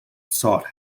sought